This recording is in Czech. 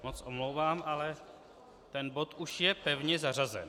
Moc se omlouvám, ale ten bod už je pevně zařazen.